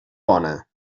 bona